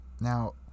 Now